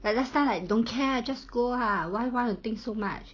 the last time I don't care ah just go ah why wanna think so much